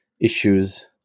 issues